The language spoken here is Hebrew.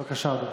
בבקשה.